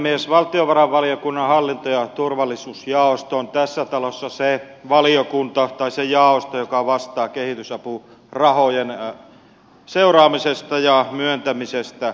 valtiovarainvaliokunnan hallinto ja turvallisuusjaosto on tässä talossa se jaosto joka vastaa kehitysapurahojen seuraamisesta ja myöntämisestä